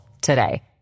today